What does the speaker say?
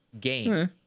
game